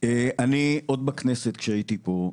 אני עוד בכנסת כשהייתי פה,